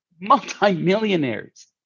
multi-millionaires